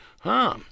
Huh